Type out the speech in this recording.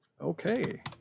okay